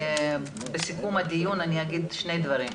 לסיכום הדיון אומר שני דברים.